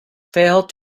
fail